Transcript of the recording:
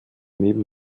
neben